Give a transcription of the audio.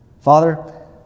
Father